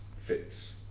fits